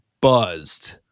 buzzed